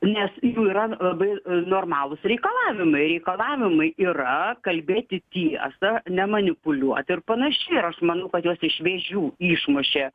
nes jų yra labai normalūs reikalavimai reikalavimai yra kalbėti tiesą nemanipuliuot ir panašiai ir aš manau kad juos iš vėžių išmušė